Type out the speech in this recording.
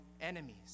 enemies